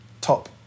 top